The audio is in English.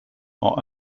are